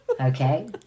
Okay